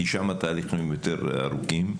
כי שם התהליכים יותר ארוכים.